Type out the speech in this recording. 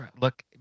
look